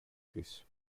της